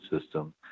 system